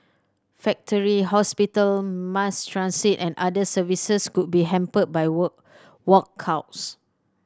factory hospital mass transit and other services could be hampered by walkouts